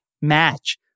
match